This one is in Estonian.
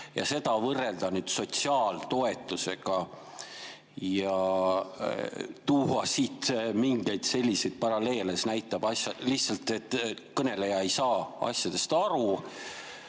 puhul, võrrelda sotsiaaltoetusega ja tuua mingeid selliseid paralleele. See näitab lihtsalt, et kõneleja ei saa asjadest aru.